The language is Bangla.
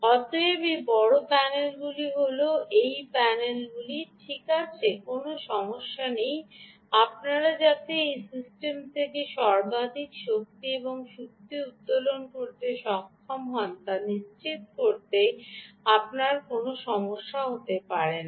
অতএব এই বড় প্যানেলগুলি হল এই প্যানেলগুলি ঠিক আছে কোনও সমস্যা নেই আপনারা যাতে এই সিস্টেমটি থেকে সর্বাধিক শক্তি এবং শক্তি উত্তোলন করতে সক্ষম হবেন তা নিশ্চিত করতে আপনার কোনও সমস্যা হতে পারে না